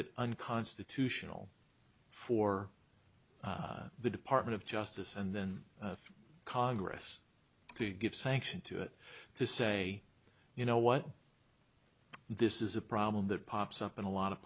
it unconstitutional for the department of justice and then congress to give sanction to it to say you know what this is a problem that pops up in a lot of